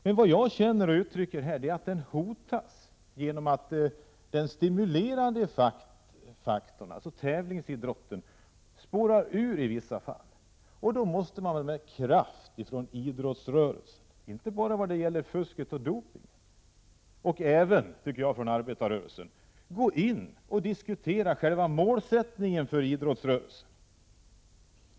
Det jag känner och ger uttryck för här är att den hotas genom att den stimulerande faktorn, alltså tävlingsidrotten, spårar ur i vissa fall. Då måste väl idrottsrörelsen med kraft, inte bara såvitt gäller fusket och dopingen, och även arbetarrörelsen börja diskutera själva målsättningen för idrottsrörelsen.